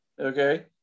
okay